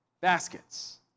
baskets